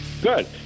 Good